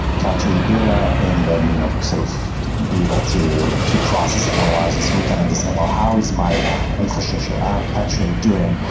capture the data and then you know sort of be able to to process it and analyze it so we can understand while how is my infrastructure actually doing?